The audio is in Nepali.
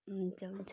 हुन्छ हुन्छ